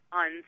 on